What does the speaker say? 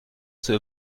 zur